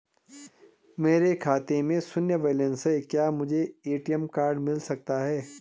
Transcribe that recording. मेरे खाते में शून्य बैलेंस है क्या मुझे ए.टी.एम कार्ड मिल सकता है?